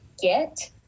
get